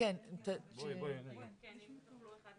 תראו כמה זה עמוק